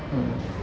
mm